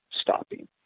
stopping